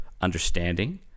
understanding